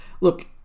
look